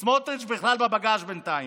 סמוטריץ' סמוטריץ' בכלל בבגאז' בינתיים,